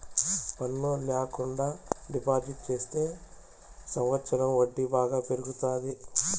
పన్ను ల్యాకుండా డిపాజిట్ చెత్తే సంవచ్చరం వడ్డీ బాగా పెరుగుతాది